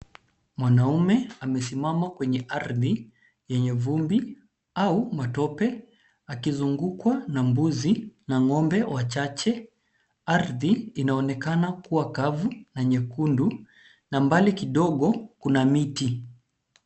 Mwanamume amesimama kwenye ardhi yenye vumbi au matope akizungukwa na mbuzi na ngombe wachache . Ardhi inaonekana kuwa kavu na nyekundu na mbali kidogo kuna miti.